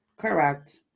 Correct